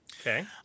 Okay